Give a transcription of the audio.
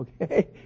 okay